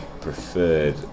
preferred